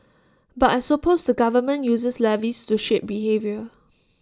but I suppose the government uses levies to shape behaviour